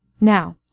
now